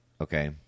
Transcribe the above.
Okay